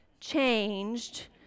changed